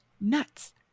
nuts